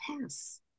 pass